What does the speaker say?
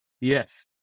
Yes